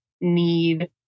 need